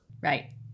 Right